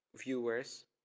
viewers